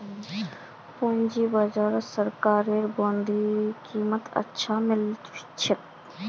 पूंजी बाजारत सरकारी बॉन्डेर कीमत अधिक मिल छेक